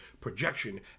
projection